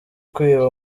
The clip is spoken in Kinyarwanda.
kwiba